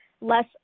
less